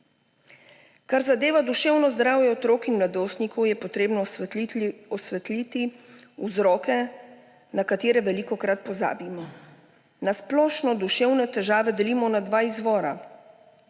Kar zadeva duševno zdravje otrok in mladostnikov, je potrebno osvetliti vzroke, na katere velikokrat pozabimo. Na splošno duševne težave delimo na dva izvora,